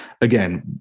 again